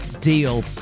deal